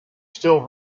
still